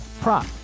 prop